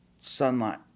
sunlight